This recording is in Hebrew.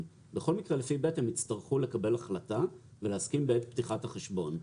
שהם יצטרכו לקבל החלטה ולהסכים בעת פתיחת החשבון.